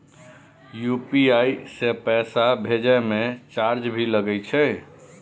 UPI से पैसा भेजै म चार्ज भी लागे छै?